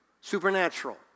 Supernatural